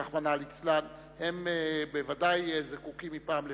רחמנא ליצלן, הם בוודאי זקוקים מפעם לפעם,